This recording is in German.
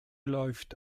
läuft